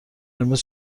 امروز